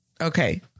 okay